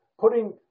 Putting